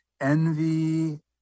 envy